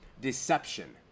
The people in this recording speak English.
Deception